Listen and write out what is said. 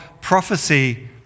prophecy